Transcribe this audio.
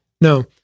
No